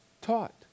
taught